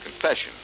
confession